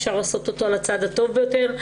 אפשר לעשות אותו על הצד הטוב ביותר.